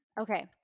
Okay